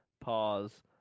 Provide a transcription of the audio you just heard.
pause